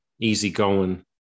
easygoing